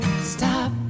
stop